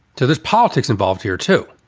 to this politics involved here, too,